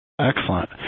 Excellent